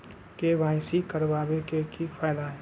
KYC करवाबे के कि फायदा है?